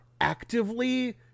actively